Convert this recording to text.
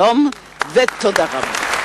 שלום ותודה רבה.